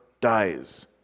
dies